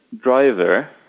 driver